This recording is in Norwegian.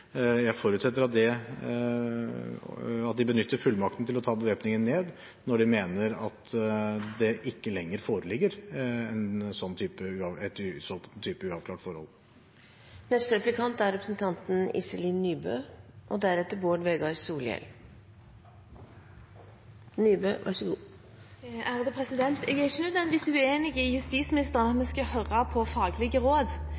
Jeg forutsetter at de benytter fullmakten til å ta bevæpningen ned når de mener at det ikke lenger foreligger en sånn type uavklart forhold. Jeg er ikke nødvendigvis uenig med justisministeren i at vi skal høre på faglige råd.